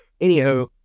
anywho